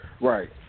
Right